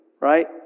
right